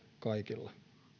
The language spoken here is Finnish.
kaikilla